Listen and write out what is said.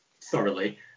thoroughly